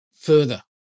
further